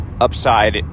upside